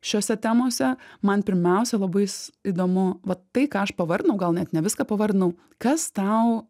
šiose temose man pirmiausia labai įdomu vat tai ką aš pavardinau gal net ne viską pavardinau kas tau